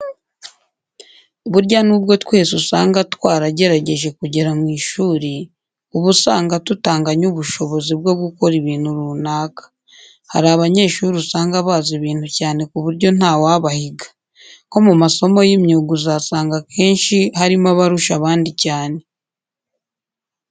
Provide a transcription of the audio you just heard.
Burya n'ubwo twese usanga twaragerageje kugera mu ishuri, uba usanga tutanganya ubushobozi bwo gukora ibintu runaka. Hari abanyeshuri usanga bazi ibintu cyane ku buryo nta wabahiga. Nko mu masomo y'imyuga uzasanga akenshi harimo abarusha abandi cyane.